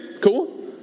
cool